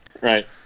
Right